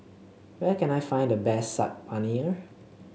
where can I find the best Saag Paneer